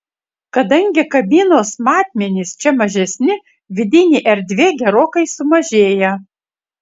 kadangi kabinos matmenys čia mažesni vidinė erdvė gerokai sumažėja